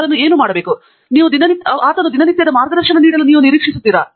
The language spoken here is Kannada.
ಹಾಗಾಗಿ ಏನು ಮಾಡಬೇಕೆಂದು ಸಲಹೆಗಾರನು ದಿನನಿತ್ಯದ ಮಾರ್ಗದರ್ಶನ ನೀಡಲು ನಿರೀಕ್ಷಿಸುತ್ತೀರಾ